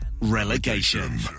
relegation